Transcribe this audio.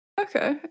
Okay